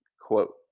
Quote